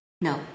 no